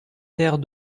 terre